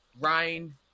Rain